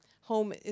home